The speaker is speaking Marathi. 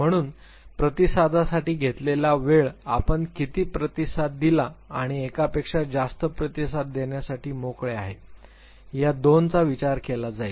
म्हणून प्रतिसादासाठी घेतलेला वेळ आपण किती प्रतिसाद दिला किंवा एकापेक्षा जास्त प्रतिसाद देण्यासाठी मोकळे आहे या दोनचा विचार केला जाईल